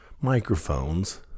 microphones